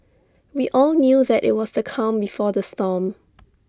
we all knew that IT was the calm before the storm